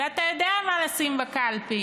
ו"אתה יודע מה לשים בקלפי".